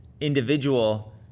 individual